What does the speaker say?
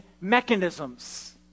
mechanisms